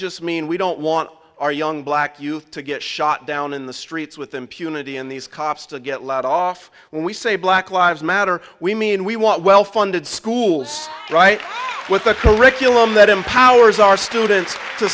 just mean we don't want our young black youth to get shot down in the streets with impunity and these cops to get laid off when we say black lives matter we mean we want well funded schools right with the curriculum that empowers our students to